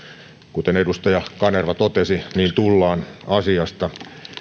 kuten edustaja kanerva totesi tullaan asiasta